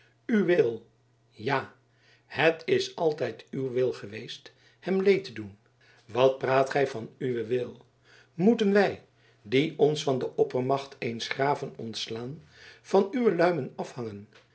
uw wil ja het is altijd uw wil geweest hem leed te doen wat praat gij van uwen wil moeten wij die ons van de oppermacht eens graven ontslaan van uwe luimen afhangen